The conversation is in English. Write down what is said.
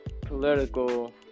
political